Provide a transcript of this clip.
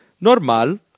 normal